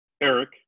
eric